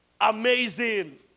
Amazing